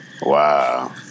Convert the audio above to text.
Wow